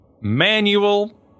manual